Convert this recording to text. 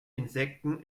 insekten